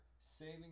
saving